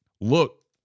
look